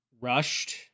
Rushed